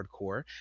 hardcore